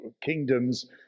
kingdoms